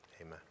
Amen